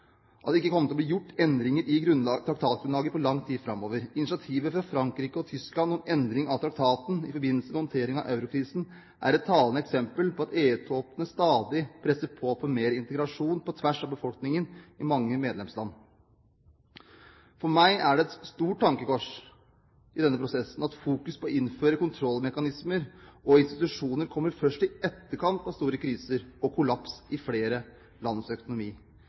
at det ikke kom til å bli gjort endringer i traktatgrunnlaget på lang tid framover. Initiativet fra Frankrike og Tyskland til endring av traktaten i forbindelse med håndteringen av eurokrisen er et talende eksempel på at EU-toppene stadig presser på for mer integrasjon – på tvers av befolkningen – i mange medlemsland. For meg er det et stort tankekors i denne prosessen at fokuset på å innføre kontrollmekanismer og -institusjoner kommer først i etterkant av store kriser og kollaps i flere lands økonomi.